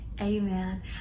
amen